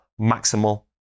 maximal